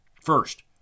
first